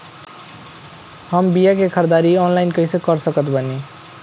हम बीया के ख़रीदारी ऑनलाइन कैसे कर सकत बानी?